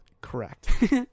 Correct